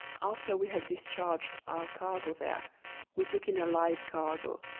after we had discharged our cargo there we took in a live cargo,